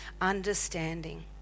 understanding